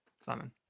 Simon